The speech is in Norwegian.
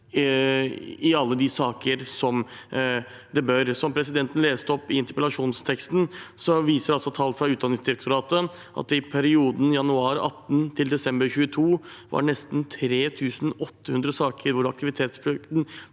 i alle de saker der de burde benyttes. Som presidenten leste opp i interpellasjonsteksten, viser altså tall fra Utdanningsdirektoratet at det i perioden fra januar 2018 til desember 2022 var nesten 3 800 saker hvor aktivitetsplikten